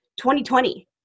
2020